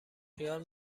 خیال